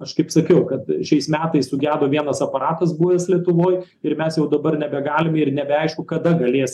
aš kaip sakiau kad šiais metais sugedo vienas aparatas buvęs lietuvoj ir mes jau dabar nebegalim ir nebeaišku kada galės